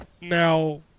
now